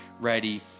ready